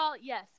yes